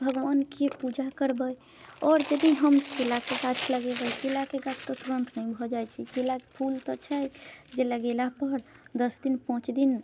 भगवानके पूजा करबै आओर यदि हम केलाके गाछ लगेबै केलाके गाछमे तुरन्त भऽ जाइत छै केलाके फूल तऽ छै जे लगेला पर दश दिन पाँच दिन